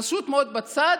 פשוט מאוד בצד,